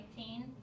2019